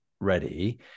ready